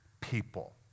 people